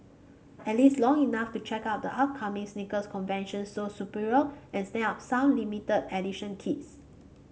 at least long enough to check out the upcoming sneaker convention Sole Superior and snap up some limited edition kicks